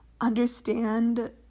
understand